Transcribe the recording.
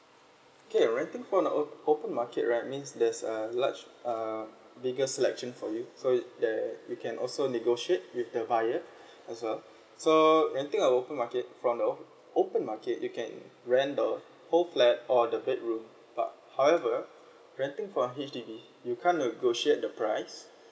okay renting from an o~ open market right means there's a large uh bigger selection for you so it there you can also negotiate with the buyer as well so renting at open market from the o~ open market you can rent a whole flat or the bedroom but however renting from a H_D_B you can't negotiate the price